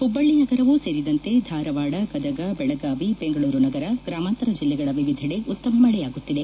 ಹುಬ್ಲಳ್ಲಿ ನಗರವೂ ಸೇರಿದಂತೆ ಧಾರವಾಡ ಗದಗ ಬೆಳಗಾವಿ ಬೆಂಗಳೂರು ನಗರ ಗ್ರಾಮಾಂತರ ಜಿಲ್ಲೆಗಳ ವಿವಿಧೆಡೆ ಉತ್ತಮ ಮಳೆಯಾಗುತ್ತಿದೆ